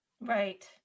right